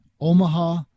Omaha